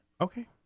Okay